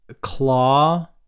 Claw